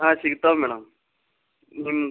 ಹಾಂ ಸಿಗ್ತವೆ ಮೇಡಮ್ ನಿಮ್ಗೆ